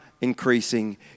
increasing